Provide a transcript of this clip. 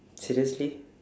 seriously